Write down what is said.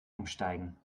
umsteigen